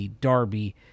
Darby